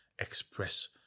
express